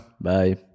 Bye